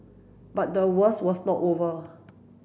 but the worst was not over